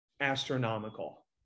astronomical